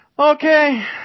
Okay